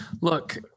Look